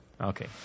okay